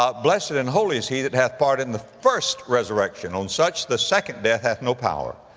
ah, blessed and and holy is he that hath part in the first resurrection, on such the second death hath no power,